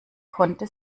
konnte